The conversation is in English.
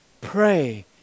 pray